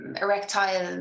erectile